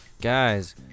Guys